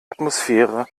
atmosphäre